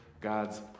God's